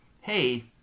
Hey